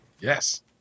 Yes